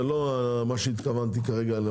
זה לא מה שהתכוונתי כרגע.